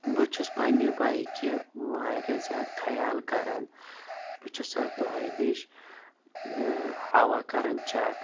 بہٕ چھُس پَننہِ بایکہِ وارِیاہ زیادٕ خَیال کَران بہٕ چھُس اَتھ دۄہہ دِش ہوا کَران چیٚک